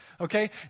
okay